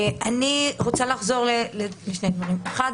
אני רוצה לחזור לשני דברים: אחד,